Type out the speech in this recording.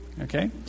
okay